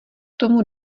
tomu